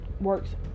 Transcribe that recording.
works